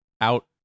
out